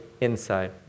inside